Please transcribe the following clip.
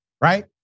right